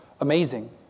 amazing